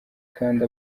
kandi